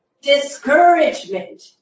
Discouragement